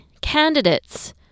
candidates